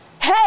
hey